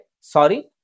sorry